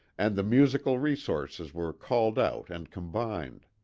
and the musical resources were called out and combined.